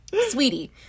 Sweetie